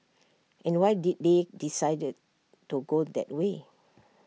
and why did they decide to go that way